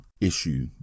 issue